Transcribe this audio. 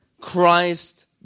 Christ